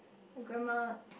grandma